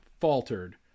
faltered